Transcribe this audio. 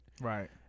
Right